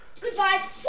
Goodbye